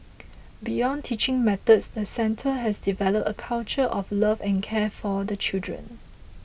beyond teaching methods the centre has developed a culture of love and care for the children